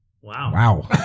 wow